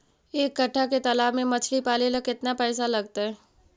एक कट्ठा के तालाब में मछली पाले ल केतना पैसा लगतै?